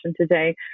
today